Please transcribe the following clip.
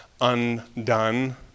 undone